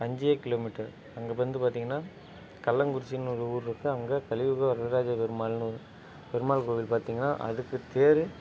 அஞ்சே கிலோமீட்ரு அங்கே வந்து பார்த்திங்கன்னா கள்ளங்குறிச்சின்னு ஒரு ஊர் இருக்கு அங்கே கலியுக வரதராஜ பெருமாள்னு ஒரு பெருமாள் கோவில் பார்த்திங்கன்னா அதுக்கு தேரு